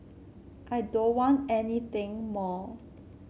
I don't want anything more